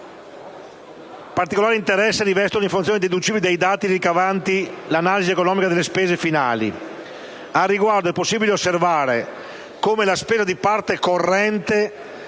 Particolare interesse rivestono le informazioni deducibili dai dati ricavati dall'analisi economica delle spese finali. Al riguardo, è possibile osservare come la spesa di parte corrente